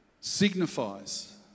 signifies